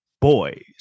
boys